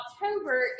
October